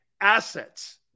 assets